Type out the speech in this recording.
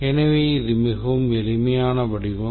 எனவே இது மிகவும் எளிமையான வடிவம்